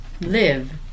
live